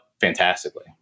fantastically